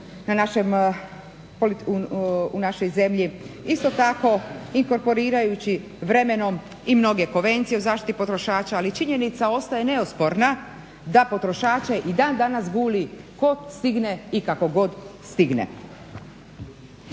u našoj zemlji. Isto tako, inkorporirajući vremenom i mnoge Konvencije o zaštiti potrošača ali činjenica ostaje neosporna da potrošače i dan danas guli tko stigne i kako god stigne.